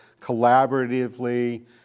collaboratively